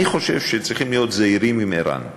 אני חושב שצריכים להיות זהירים עם ער"ן.